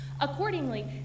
Accordingly